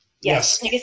yes